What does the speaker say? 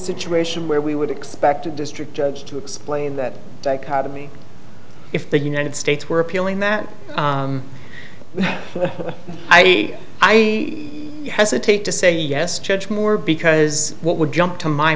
situation where we would expect a district judge to explain that dichotomy if the united states were appealing that id i hesitate to say yes judge moore because what would jump to my